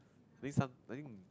think some I think